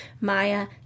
Maya